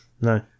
No